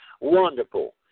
wonderful